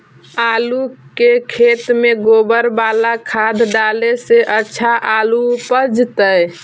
आलु के खेत में गोबर बाला खाद डाले से अच्छा आलु उपजतै?